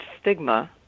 stigma